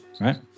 right